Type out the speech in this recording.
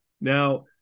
now